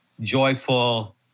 joyful